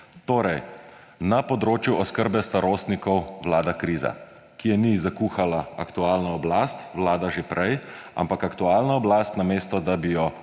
Na področju oskrbe starostnikov vlada kriza, ki je ni zakuhala aktualna oblast, vlada že prej, ampak namesto da bi jo